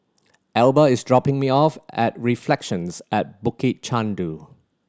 Elba is dropping me off at Reflections at Bukit Chandu